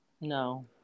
No